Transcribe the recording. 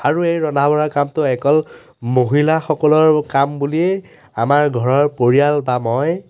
আৰু এই ৰন্ধা বঢ়া কামটো অকল মহিলাসকলৰ কাম বুলিয়েই আমাৰ ঘৰৰ পৰিয়াল বা মই